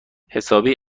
حسابی